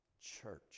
church